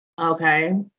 Okay